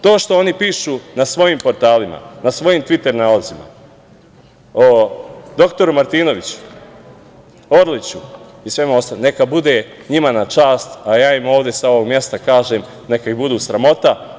To što oni pišu na svojim portalima, na svojim Tviter nalozima o dr Martinoviću, Orliću i svima ostalima neka bude njima na čast, a ja im ovde sa ovog mesta kažem – neka ih bude sramota.